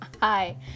hi